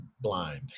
blind